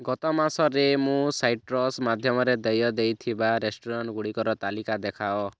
ଗତ ମାସରେ ମୁଁ ସାଇଟ୍ରସ୍ ମାଧ୍ୟମରେ ଦେୟ ଦେଇଥିବା ରେଷ୍ଟୁରାଣ୍ଟ୍ଗୁଡ଼ିକର ତାଲିକା ଦେଖାଅ